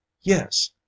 yes